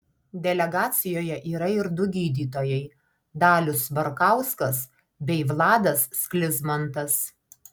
delegacijoje yra ir du gydytojai dalius barkauskas bei vladas sklizmantas